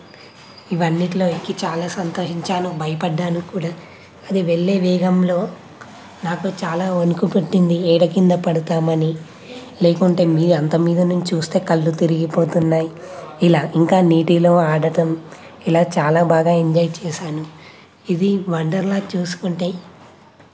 ఇవన్నిటిలో ఎక్కి చాలా సంతోషించాను భయపడ్డాను కూడా అది వెళ్లే వేగంలో నాకు చాలా వణుకు పుట్టింది ఏడ కింద పడతామో అని లేకుంటే మీద అంత మీద నుంచి వస్తే కళ్ళు తిరిగిపోతున్నాయి ఇలా ఇంకా నీటిలో ఆడటం ఇలా చాలా బాగా ఎంజాయ్ చేసాను ఇది వండర్లా చూసుకుంటే